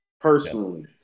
personally